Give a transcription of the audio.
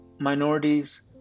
minorities